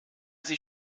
sich